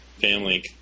family